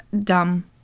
dumb